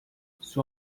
sua